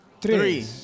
three